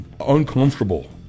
uncomfortable